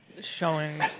showing